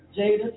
Jada